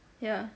ya